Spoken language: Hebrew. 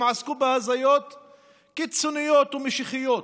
הם עסקו בהזיות קיצוניות ומשיחיות